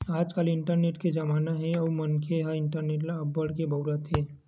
आजकाल इंटरनेट के जमाना हे अउ मनखे ह इंटरनेट ल अब्बड़ के बउरत हे